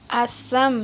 Assam